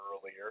earlier